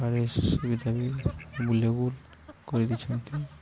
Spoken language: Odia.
କରେ ସୁବିଧା ବି ଏବୁଲେବୁଲ କରିଦେଇଛନ୍ତି